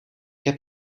heb